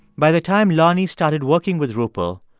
by the time lonnie started working with rupal,